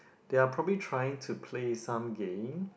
they are probably trying to play some game